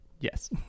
Yes